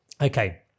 Okay